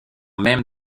même